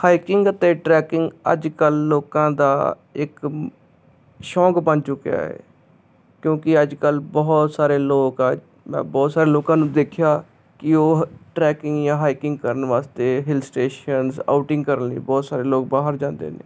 hiking ਅਤੇ trekking ਅੱਜ ਕੱਲ੍ਹ ਲੋਕਾਂ ਦਾ ਇੱਕ ਸ਼ੌਂਕ ਬਣ ਚੁੱਕਿਆ ਏ ਕਿਉਂਕਿ ਅੱਜ ਕੱਲ੍ਹ ਬਹੁਤ ਸਾਰੇ ਲੋਕ ਆ ਬਹੁਤ ਸਾਰੇ ਲੋਕਾਂ ਨੂੰ ਦੇਖਿਆ ਕਿ ਉਹ ਟਰੈਕਿੰਗ ਜਾਂ ਹੈਕਿੰਗ ਕਰਨ ਵਾਸਤੇ ਹਿਲ ਸਟੇਸ਼ਨਸ ਆਊਟਿੰਗ ਕਰਨ ਦੀ ਬਹੁਤ ਸਾਰੇ ਲੋਕ ਬਾਹਰ ਜਾਂਦੇ ਨੇ